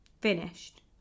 finished